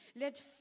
Let